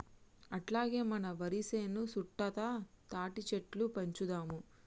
అట్లాగే మన వరి సేను సుట్టుతా తాటిసెట్లు పెంచుదాము